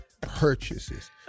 purchases